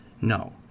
No